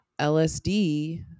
LSD